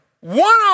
one